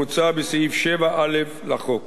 המוצע בסעיף 7א לחוק.